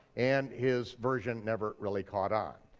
and his version never really caught on.